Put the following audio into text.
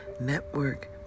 network